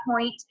point